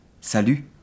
Salut